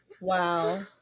Wow